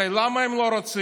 הרי למה הם לא רוצים?